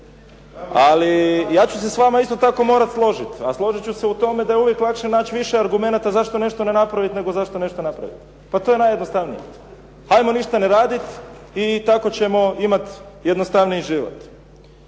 Ali ja ću se s vama isto tako morati složiti, a složit ću se u tome da je uvijek lakše naći više argumenata zašto nešto ne napraviti, nego zašto nešto napraviti. Pa to je najjednostavnije. 'Ajmo ništa ne raditi i tako ćemo imati jednostavniji život.